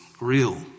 real